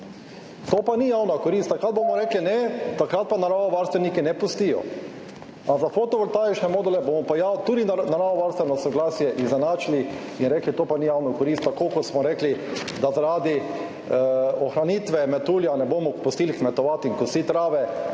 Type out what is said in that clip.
To pa ni javna korist. Takrat bomo rekli ne, takrat pa naravovarstveniki ne pustijo, a za fotovoltaične module bomo pa tudi naravovarstveno soglasje izenačili in rekli, to pa ni javna korist, tako kot smo rekli, da zaradi ohranitve metulja ne bomo pustili kmetovati in kositi trave.